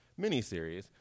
miniseries